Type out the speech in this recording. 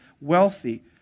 wealthy